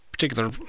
Particular